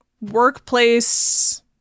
workplace